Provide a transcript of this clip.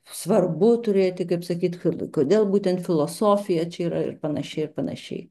svarbu turėti kaip sakyt kodėl būtent filosofija čia yra ir panašiai ir panašiai